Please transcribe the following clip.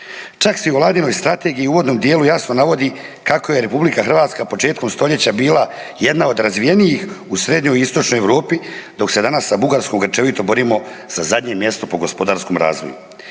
Čak se u Vladinoj strategiji u uvodnom dijelu jasno navodi kako je Republika Hrvatska početkom stoljeća bila jedna od razvijenijih u srednjoj i istočnoj Europi dok se danas sa Bugarskom grčevito borimo za zadnje mjesto po gospodarskom razvoju.